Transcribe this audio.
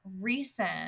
recent